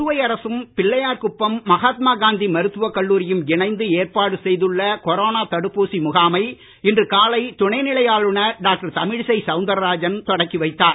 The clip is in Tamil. புதுவை அரசும் பிள்ளையார்குப்பம் மகாத்மா காந்தி மருத்துவக் கல்லூரியும் இணைந்து ஏற்பாடு செய்துள்ள கொரோனா தடுப்பூசி முகாமை இன்று காலை துணைநிலை ஆளுநர் டாக்டர் தமிழிசை சவுந்தரராஜன் தொடக்கி வைத்தார்